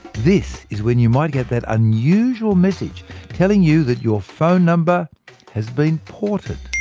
this is when you might get that unusual message telling you that your phone number has been ported.